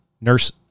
nurse